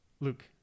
Luke